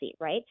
Right